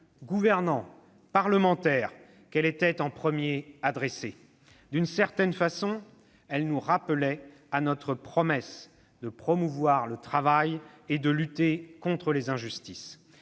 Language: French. gouvernants, parlementaires, qu'elle était en premier adressée. D'une certaine façon, elle nous rappelait à notre promesse de promouvoir le travail et de lutter contre les injustices.